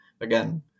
again